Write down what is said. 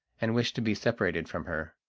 and wished to be separated from her.